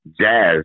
Jazz